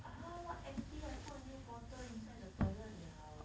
ah what empty I put a new bottle inside the toilet liao